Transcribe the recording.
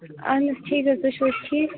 اَہَن حظ ٹھیٖک حظ تُہۍ چھُو حظ ٹھیٖک